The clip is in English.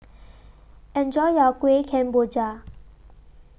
Enjoy your Kueh Kemboja